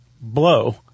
blow